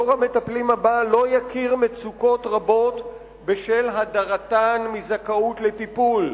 דור המטפלים הבא לא יכיר מצוקות רבות בשל הדרתן מזכאות לטיפול,